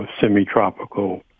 semi-tropical